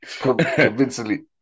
Convincingly